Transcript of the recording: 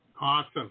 Awesome